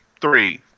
Three